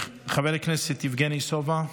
חבר הכנסת יבגני סובה,